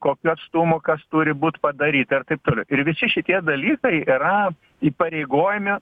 kokiu atstumu kas turi būt padaryta ir taip toliau ir visi šitie dalykai yra įpareigojami